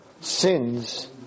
sins